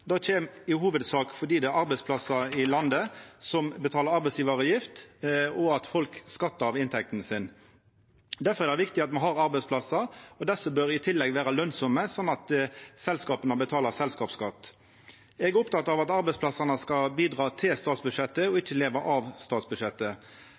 Det kjem i hovudsak fordi det er arbeidsplassar i landet som betalar arbeidsgjevaravgift, og at folk skattar av inntekta si. Difor er det viktig at me har arbeidsplassar, og desse bør i tillegg vera lønsame, slik at selskapa betalar selskapsskatt. Eg er oppteken av at arbeidsplassane skal bidra til statsbudsjettet og